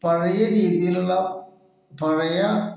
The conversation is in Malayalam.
പഴയ രീതിലുള്ള പഴയ